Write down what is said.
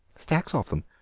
stacks of them,